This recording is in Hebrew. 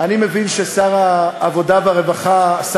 תודה רבה, חבר